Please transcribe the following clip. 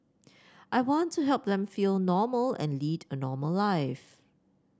I want to help them feel normal and lead a normal life